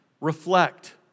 Reflect